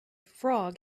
frog